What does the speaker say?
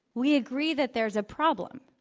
we agree that there's a problem,